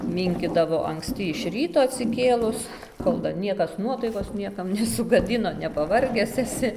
minkydavo anksti iš ryto atsikėlus kol dar niekas nuotaikos niekam nesugadino nepavargęs esi